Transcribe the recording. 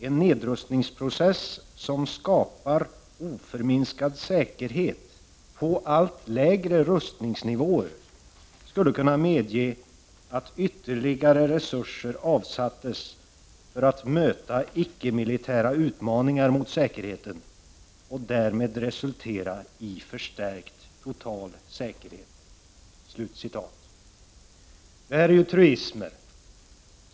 En nedrustningsprocess som skapar oförminskad säkerhet på allt lägre rustningsnivåer skulle kunna medge att ytterligare resurser avsattes för att möta ickemilitära utmaningar mot säkerheten och därmed resultera i förstärkt total säkerhet.” Detta är truismer.